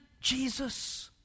Jesus